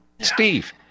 Steve